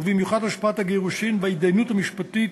ובמיוחד השפעת הגירושין וההתדיינות המשפטית